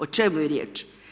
O čemu je riječ?